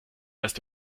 erst